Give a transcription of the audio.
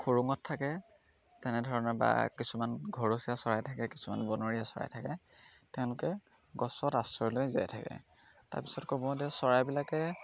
খুৰোঙত থাকে তেনেধৰণে বা কিছুমান ঘৰচীয়া চৰাই থাকে কিছুমান বনৰীয়া চৰাই থাকে তেওঁলোকে গছত আশ্ৰয়লৈ জীয়াই থাকে তাৰপিছত ক'ব দে চৰাইবিলাকে